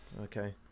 Okay